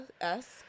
esque